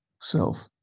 self